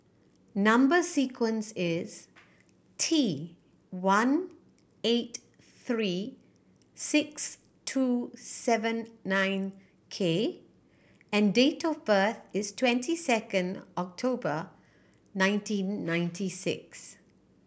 number sequence is T one eight three six two seven nine K and date of birth is twenty second October nineteen ninety six